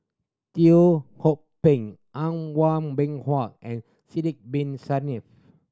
Teo Ho Pin An Bin Haw and Sidek Bin Saniff